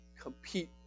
compete